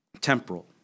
Temporal